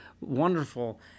wonderful